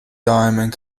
diamond